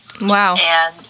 Wow